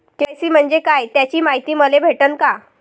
KYC म्हंजे काय त्याची मायती मले भेटन का?